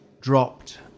dropped